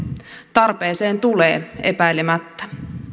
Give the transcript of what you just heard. tarpeeseen tulee epäilemättä